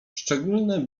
szczególne